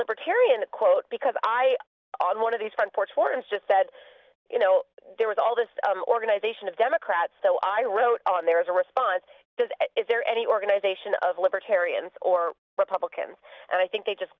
libertarian to quote because i on one of these front porch forums just said you know there was all this organization of democrats so i wrote on there is a response is there any organization of libertarians or republicans and i think they just